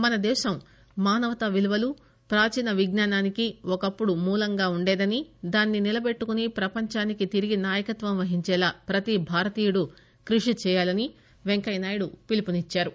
మనదేశం మానవతా విలువలు ప్రాచీన విజ్నానానికి ఒకప్పుడు మూలంగా ఉండేదనీ దాన్ని నిలటెట్టుకుని ప్రపంచానికి తిరిగి నాయకత్వం వహించేలా ప్రతి భారతీయుడు కృషి చేయాలని పెంకయ్యనాయుడు పిలుపునిచ్చారు